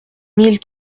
mille